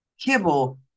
kibble